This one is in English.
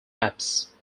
maps